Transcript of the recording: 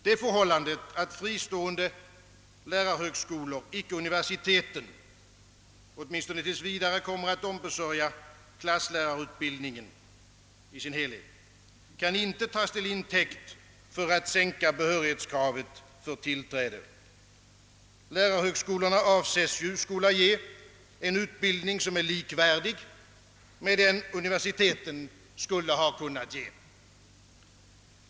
Det förhållandet, att fristående lärarhögskolor, icke universiteten, åtminstone tills vidare kommer att ombesörja klasslärarutbildningen i dess helhet, kan inte tas till intäkt för att sänka behörighetskraven för tillträde. Lärarhögskolorna avses skola ge en ut bildning som är likvärdig med den universiteten skulle ha kunnat ge.